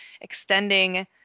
extending